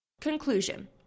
Conclusion